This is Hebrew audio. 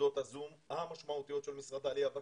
העלייה והקליטה,